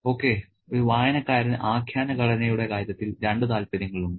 okay ഒരു വായനക്കാരന് ആഖ്യാന ഘടനയുടെ കാര്യത്തിൽ രണ്ട് താൽപ്പര്യങ്ങളുണ്ട്